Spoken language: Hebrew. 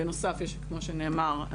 בנוסף יש כמו שנאמר,